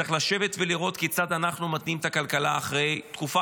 צריך לשבת ולראות כיצד אנחנו מתניעים את הכלכלה אחרי תקופה